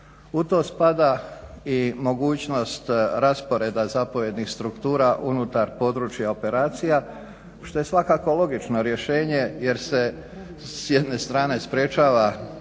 U to spada i mogućnost rasporeda zapovjednih struktura unutar područja operacija što je svakako logično rješenje jer se s jedne strane sprečava